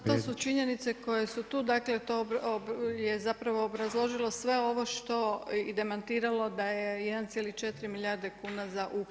Pa to su činjenice koje su tu, dakle to je zapravo obrazložilo sve ovo što i demantiralo da je 1,4 milijarde kuna za uhljebe.